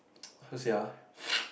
so sia